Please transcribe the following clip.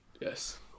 Yes